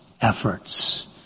efforts